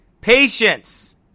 Patience